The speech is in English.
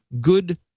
good